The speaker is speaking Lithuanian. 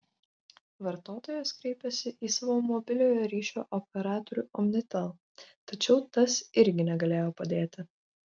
vartotojas kreipėsi į savo mobiliojo ryšio operatorių omnitel tačiau tas irgi negalėjo padėti